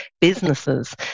businesses